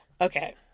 Okay